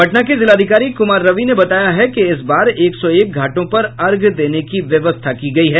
पटना के जिलाधिकारी कुमार रवि ने बताया है कि इस बार एक सौ एक घाटों पर अर्घ्य देने की व्यवस्था की गयी है